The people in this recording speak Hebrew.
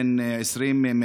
בן 20,